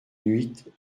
huit